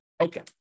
Okay